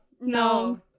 No